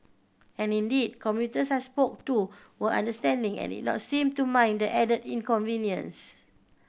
and indeed commuters I spoke to were understanding and did not seem to mind the added inconvenience